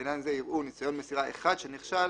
לעניין זה יראו ניסיון מסירה אחד שנכשל